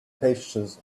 pastures